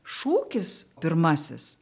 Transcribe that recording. šūkis pirmasis